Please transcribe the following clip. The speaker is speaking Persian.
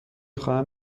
خواهم